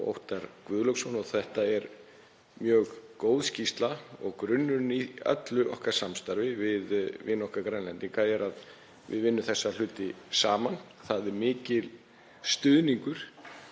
og Óttar Guðlaugsson. Þetta er mjög góð skýrsla og það er grunnurinn í öllu okkar samstarfi við vini okkar Grænlendinga að við vinnum þessa hluti saman. Það er mikill stuðningur,